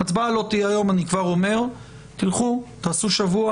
אני כבר אומר שההצבעה לא תהיה היום.